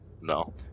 No